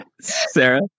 Sarah